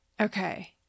Okay